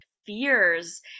fears